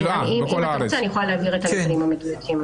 אם תרצו, אני יכולה להעביר את הנתונים המדויקים.